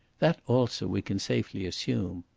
that also we can safely assume.